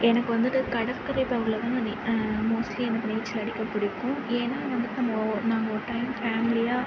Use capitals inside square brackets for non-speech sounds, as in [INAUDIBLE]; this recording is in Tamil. எனக்கு வந்துட்டு கடற்கரை பகுதியில் தான் [UNINTELLIGIBLE] மோஸ்ட்லி எனக்கு நீச்சல் அடிக்கப் பிடிக்கும் ஏன்னால் வந்துட்டு நம்ம நாங்கள் ஒரு டைம் ஃபேமிலியாக